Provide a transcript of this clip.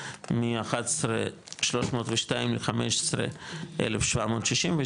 מ-11,302 ל-15,762,